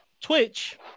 twitch